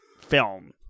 film